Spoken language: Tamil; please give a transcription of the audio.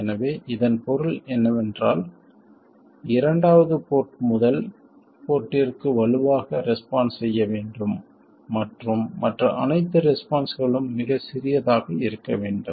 எனவே இதன் பொருள் என்னவென்றால் இரண்டாவது போர்ட் முதல் போர்ட்ற்கு வலுவாக ரெஸ்பான்ஸ் செய்ய வேண்டும் மற்றும் மற்ற அனைத்து ரெஸ்பான்ஸ்களும் மிகச் சிறியதாக இருக்க வேண்டும்